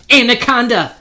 Anaconda